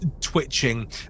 twitching